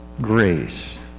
grace